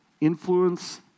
Influence